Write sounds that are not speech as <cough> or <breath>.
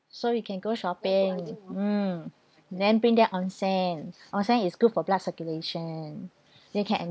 so you can go shopping mm then bring them onsen onsen is good for blood circulation <breath> they can